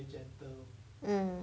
mm